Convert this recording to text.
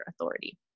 authority